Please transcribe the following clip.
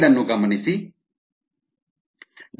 5 m 1 0 m